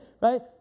right